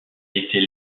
était